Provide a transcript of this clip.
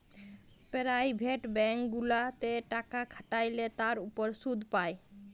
private bank গুলাতে টাকা খাটাল্যে তার উপর শুধ পাই